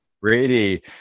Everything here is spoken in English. Brady